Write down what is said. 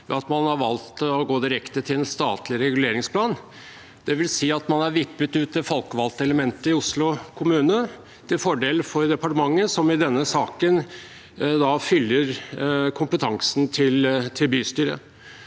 ved at man har valgt å gå direkte til en statlig reguleringsplan. Det vil si at man har vippet ut det folkevalgte elementet i Oslo kommune til fordel for departementet, som i denne saken fyller kompetansen til bystyret.